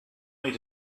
made